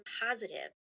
positive